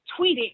tweeting